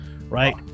right